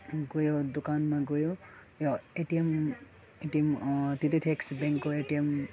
गयो दोकानमा गयो यो एटिएम एटिएम त्यतै थियो एक्सिस ब्याङ्कको एटिएम